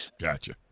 gotcha